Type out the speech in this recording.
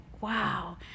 wow